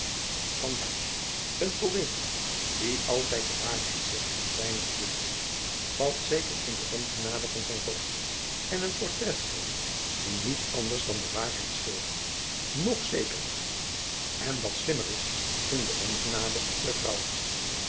en poëet die altijd de waarheid zegt in zijne gedichten valt zeker in de ongenade van zijn vorst en een portraitschilder die niet anders dan de waarheid schildert nog zekerder en dat slimmer is in de ongenade der vrouwen